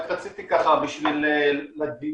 רק רציתי ככה בשביל הדיון